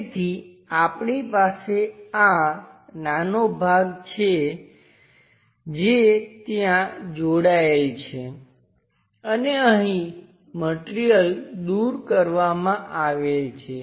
તેથી આપણી પાસે આ નાનો ભાગ છે જે ત્યાં જોડાયેલ છે અને અહીં મટિરિયલ દૂર કરવામાં આવેલ છે